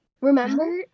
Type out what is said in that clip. Remember